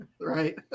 Right